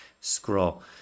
scroll